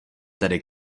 tedy